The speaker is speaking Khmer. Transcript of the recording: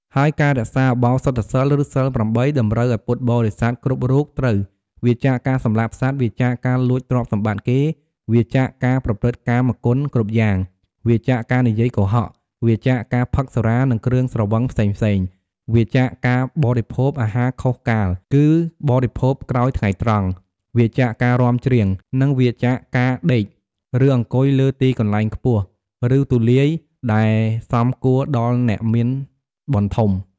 ហើយការរក្សាឧបោសថសីល ឬសីល ៨ តម្រូវឲ្យពុទ្ធបរិស័ទគ្រប់រូបត្រូវ វៀរចាកការសម្លាប់សត្វ វៀរចាកការលួចទ្រព្យសម្បត្តិគេ វៀរចាកការប្រព្រឹត្តកាមគុណគ្រប់យ៉ាង វៀរចាកការនិយាយកុហក វៀរចាកការផឹកសុរា និងគ្រឿងស្រវឹងផ្សេងៗ វៀរចាកការបរិភោគអាហារខុសកាល គឺបរិភោគក្រោយថ្ងៃត្រង់ វៀរចាកការរាំច្រៀង និងវៀរចាកការដេក ឬអង្គុយលើទីកន្លែងខ្ពស់ ឬទូលាយដែលសមគួរដល់អ្នកមានបុណ្យធំ។